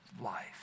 life